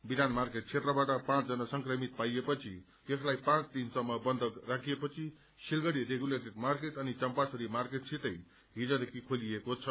विधान मार्केट क्षेत्रबाट पाँचजना संक्रमित पाइएपछि यसलाई पाँच दिनसम्म बन्द राखिएपछि सिलगढ़ी रेगुलेटेड मार्केट अनि चम्पासरी मार्केटसित हिजदेखि खोलिएको छ